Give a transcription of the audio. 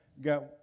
got